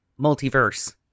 multiverse